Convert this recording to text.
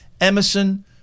Emerson